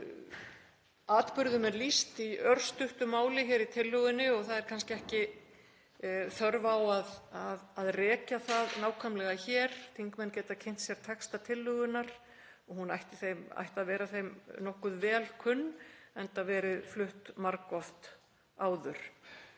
Atburðum er lýst í örstuttu máli hér í tillögunni og það er kannski ekki þörf á að rekja það nákvæmlega hér. Þingmenn geta kynnt sér texta tillögunnar og hún ætti að vera þeim nokkuð vel kunn, enda verið flutt margoft áður.